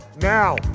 Now